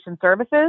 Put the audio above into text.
services